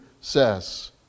says